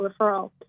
referral